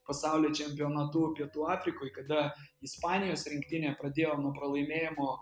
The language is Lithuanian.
pasaulio čempionatu pietų afrikoj kada ispanijos rinktinė pradėjo nuo pralaimėjimo